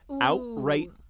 outright